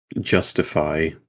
justify